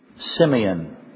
Simeon